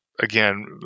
again